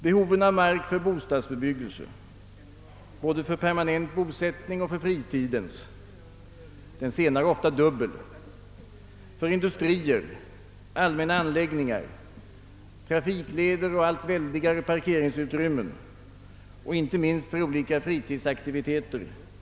Behovet av mark för bostadsbebyggelse — både för permanent bosättning och för fritidens, den senare ofta dubbel, för industrier, allmänna anläggningar, trafikleder och allt väldigare parkeringsutrymmen samt inte minst för olika fritidsaktiviteter — måste tillgodoses.